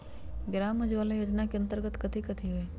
ग्राम उजाला योजना के अंतर्गत कथी कथी होई?